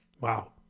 Wow